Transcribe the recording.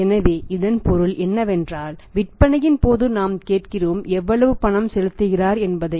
எனவே இதன் பொருள் என்னவென்றால் விற்பனையின் போது நாம் கேட்கிறோம் எவ்வளவு பணம் செலுத்துகிறார் என்பதை